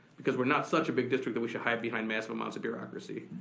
because we're not such a big district that we should hide behind massive amounts of bureaucracy.